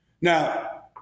Now